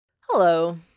Hello